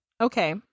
Okay